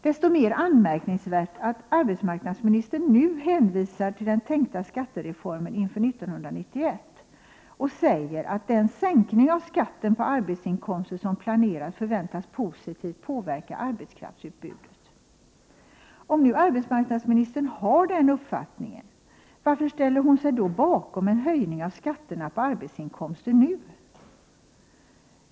Desto mer anmärkningsvärt är att arbetsmarknadsministern nu hänvisar till den tänkta skattereformen inför 1991 och säger att den sänkning av skatten på arbetsinkomster som planeras förväntas positivt påverka arbetskraftsutbudet. Om arbetsmarknadsministern har den uppfattningen, varför ställer hon sig då bakom en höjning av skatterna på arbetsinkomster nu?